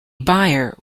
buyer